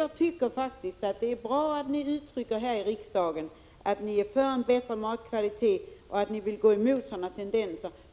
Jag tycker faktiskt det är bra att ni uttrycker här att ni är för en bättre matkvalitet,